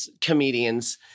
comedians